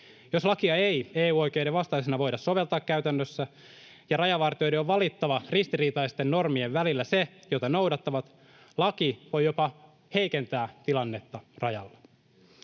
Jos lakia ei EU-oikeuden vastaisena voida soveltaa käytännössä ja rajavartijoiden on valittava ristiriitaisten normien välillä se, jota noudattavat, laki voi jopa heikentää tilannetta rajalla.